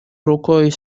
рукой